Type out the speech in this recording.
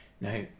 Now